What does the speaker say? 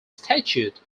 statute